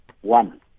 One